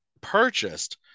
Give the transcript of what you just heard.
purchased